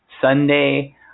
Sunday